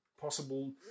possible